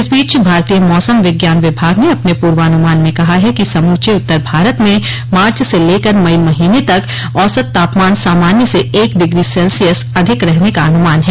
इस बीच भारतीय मौसम विज्ञान विभाग ने अपने पुर्वानुमान में कहा है कि समुचे उत्तर भारत में मार्च से लेकर मई महीने तक औसत तापमान सामान्य से एक डिग्री सेल्सियस अधिक रहने का अनुमान है